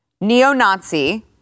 neo-Nazi